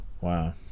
wow